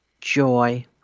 joy